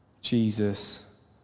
Jesus